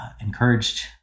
encouraged